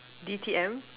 B_P_M